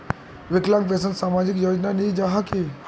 विकलांग पेंशन सामाजिक योजना नी जाहा की?